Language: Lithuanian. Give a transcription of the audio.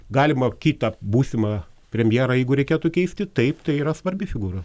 galimą kitą būsimą premjerą jeigu reikėtų keisti taip tai yra svarbi figūra